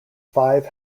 five